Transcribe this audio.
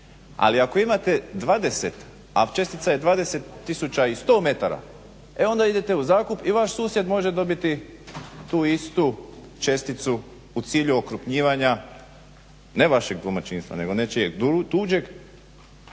ali ako imate 20, a čestica je 20 100 metara e onda idete u zakup i vaš susjed može dobiti tu istu česticu u cilju okrupnjivanja, ne vašeg domaćinstva nego nečijeg tuđeg,